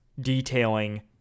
detailing